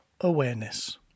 awareness